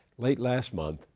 late last month,